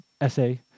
essay